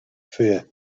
fear